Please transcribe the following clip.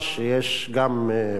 לצערנו הרב.